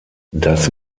das